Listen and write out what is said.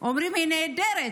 אומרים שהיא נעדרת.